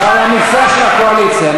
על המכסה של הקואליציה.